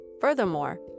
Furthermore